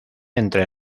entre